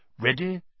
Ready